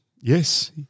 Yes